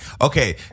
Okay